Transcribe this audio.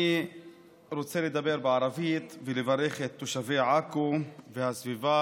אני רוצה לדבר בערבית ולברך את תושבי עכו והסביבה.